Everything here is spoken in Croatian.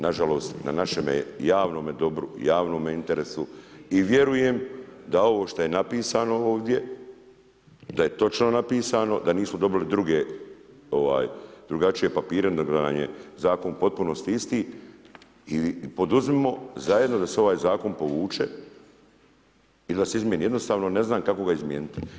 Nažalost na našemu javnom dobru i javnom interesu i vjerujem da ovo što je napisano ovdje da je točno napisano, da nismo dobili drugačije papire nego da nam je zakon u potpunosti isti i poduzmimo zajedno da se ovaj zakon povuče i da se izmijeni, jednostavno ne znam kako ga izmijeniti.